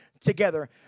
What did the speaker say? together